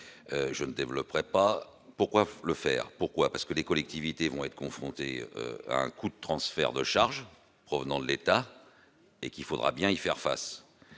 je ne développerai pas pourquoi le faire pourquoi, parce que les collectivités vont être confrontés à un coût de transfert de charge provenant de l'État et qu'il faudra bien y faire face,